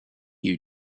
you